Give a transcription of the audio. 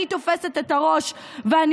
אני תופסת את הראש ואני